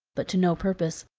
but to no purpose,